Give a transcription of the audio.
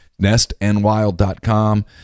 Nestandwild.com